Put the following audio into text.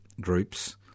groups